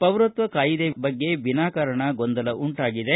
ಪೌರತ್ವ ಕಾಯಿದೆ ಬಗ್ಗೆ ವಿನಾ ಕಾರಣ ಗೊಂದಲ ಉಂಟಾಗಿದೆ